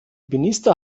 minister